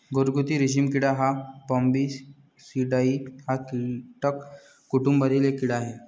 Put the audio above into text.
घरगुती रेशीम किडा हा बॉम्बीसिडाई या कीटक कुटुंबातील एक कीड़ा आहे